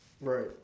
Right